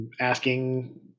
asking